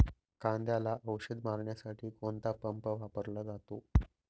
कांद्याला औषध मारण्यासाठी कोणता पंप वापरला जातो?